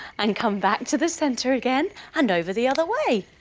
and come back to the centre again and over the other way